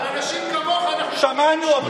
על אנשים כמוך אנחנו חוגגים שמונה ימים,